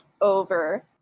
over